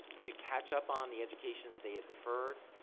to catch up on the education that they had deferred,